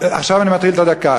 עכשיו אני מתחיל את הדקה.